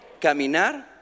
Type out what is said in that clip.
caminar